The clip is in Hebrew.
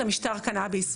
למשטר קנביס.